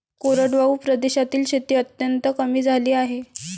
कोरडवाहू प्रदेशातील शेती अत्यंत कमी झाली आहे